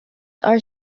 are